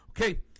Okay